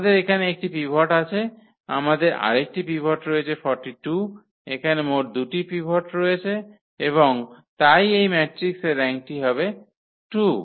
আমাদের এখানে একটি পিভট আছে আমাদের আরেকটি পিভট রয়েছে 42 তাহলে এখানে মোট 2 টি পিভট রয়েছে এবং তাই এই ম্যাট্রিক্সের র্যাঙ্কটি হবে 2